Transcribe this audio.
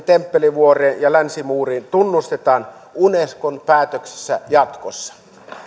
temppelivuoreen ja länsimuuriin tunnustetaan unescon päätöksissä jatkossa